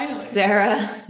Sarah